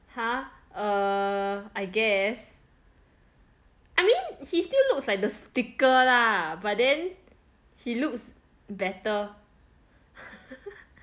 !huh! err I guess I mean he still looks like the sticker lah but then he looks better